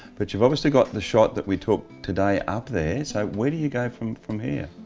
but you've obviously got the shot that we took today up there, so where do you go from from here?